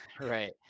right